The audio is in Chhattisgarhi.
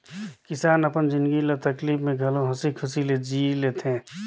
किसान अपन जिनगी ल तकलीप में घलो हंसी खुशी ले जि ले थें